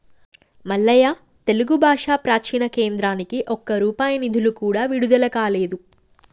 మల్లయ్య తెలుగు భాష ప్రాచీన కేంద్రానికి ఒక్క రూపాయి నిధులు కూడా విడుదల కాలేదు